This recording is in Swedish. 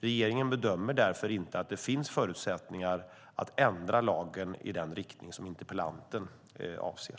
Regeringen bedömer därför att det inte finns förutsättningar att ändra lagen i den riktning som interpellanten avser.